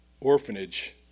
orphanage